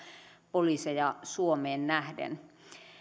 poliiseja suomeen nähden